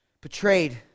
betrayed